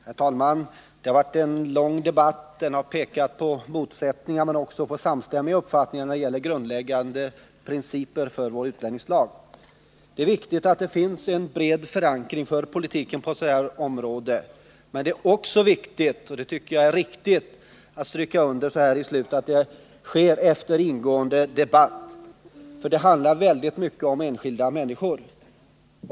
Herr talman! Detta har varit en lång debatt, som har pekat på motsättningar men också på samstämmiga uppfattningar när det gäller grundläggande principer för vår utlänningslag. Det är viktigt att det finns en bred förankring för politiken på ett sådant här område, men det är också väsentligt — och det tycker jag är angeläget att så här avslutningsvis stryka under — att det sker efter en ingående debatt. Det handlar nämligen i mycket stor utsträckning om enskilda människor.